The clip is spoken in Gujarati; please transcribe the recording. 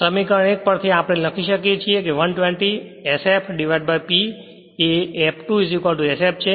સમીકરણ 1 પરથી આપણે લખી શકીએ છીએ કે 120 s f P તે f2 sf છે